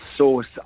source